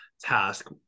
task